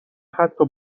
حتا